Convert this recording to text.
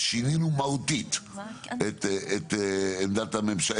שינינו מהותית את עמדת הממשלה,